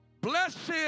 Blessed